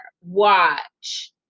watch